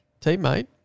teammate